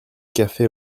café